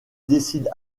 décide